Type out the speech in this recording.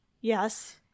yes